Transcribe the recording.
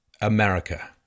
America